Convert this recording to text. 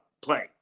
play